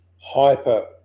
hyper